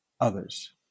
others